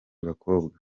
bakobwa